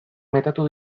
metatu